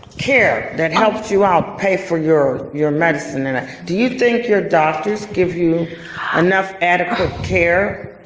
care, that helps you out, pay for your your medicine and do you think your doctors give you enough adequate care,